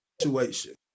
situation